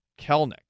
Kelnick